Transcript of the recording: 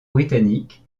britannique